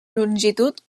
longitud